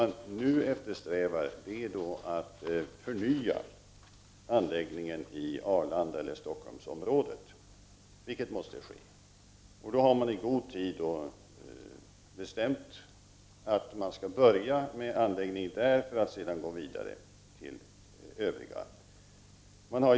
Nu eftersträvar man att förnya anläggningen på Arlanda eller i Stockholmsområdet, vilket måste ske. Det har då bestämts att man skall börja med anläggningen i Stockholm för att sedan gå vidare till övrige anläggningar.